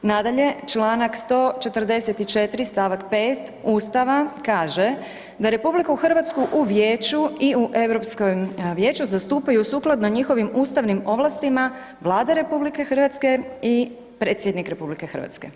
Nadalje, čl. 144. st. 5. Ustava kaže da RH u vijeću i u Europskom vijeću zastupaju sukladno njihovim ustavnim ovlastima Vlada RH i predsjednik RH.